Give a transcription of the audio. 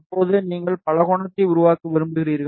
இப்போது நீங்கள் பலகோணத்தை உருவாக்க விரும்புகிறீர்கள்